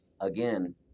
again